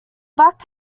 black